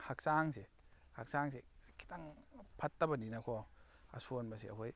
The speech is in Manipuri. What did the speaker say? ꯍꯛꯆꯥꯡꯁꯦ ꯍꯛꯆꯥꯡꯁꯦ ꯈꯤꯇꯪ ꯐꯠꯇꯕꯅꯤꯅꯀꯣ ꯑꯁꯣꯟꯕꯁꯦ ꯑꯩꯈꯣꯏ